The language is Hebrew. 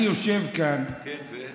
אני יושב כאן, כן, ו-?